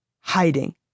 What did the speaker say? hiding